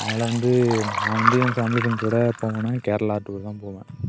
அதனால் வந்து நான் வந்து என் ஃபேமிலி ஃப்ரெண்ட்ஸோட போவன்னா கேரளா டூர் தான் போவேன்